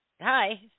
Hi